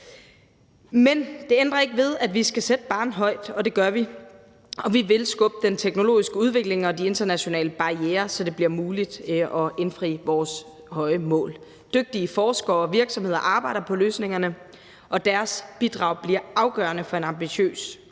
Men det ændrer ikke ved, at vi skal sætte barren højt, og det gør vi, og vi vil skubbe til den teknologiske udvikling og de internationale barrierer, så det bliver muligt at indfri vores høje mål. Dygtige forskere og virksomheder arbejder på løsningerne, og deres bidrag bliver afgørende for en ambitiøs